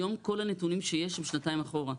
היום כל הנתונים שיש הם שנתיים אחורה,